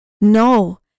No